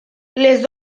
les